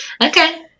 Okay